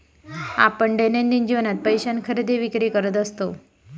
आपण दैनंदिन जीवनात पैशान खरेदी विक्री करत असतव